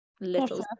little